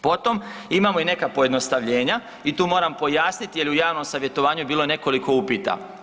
Potom, imamo i neka pojednostavljenja i tu moram pojasnit jer u javnom savjetovanju je bilo nekoliko upita.